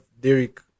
Derek